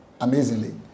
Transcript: Amazingly